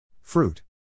Fruit